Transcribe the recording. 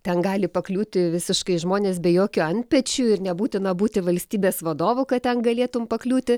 ten gali pakliūti visiškai žmonės be jokių antpečių ir nebūtina būti valstybės vadovu kad ten galėtum pakliūti